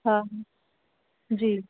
हा जी